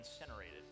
incinerated